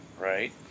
right